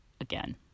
again